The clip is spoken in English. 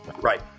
Right